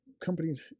companies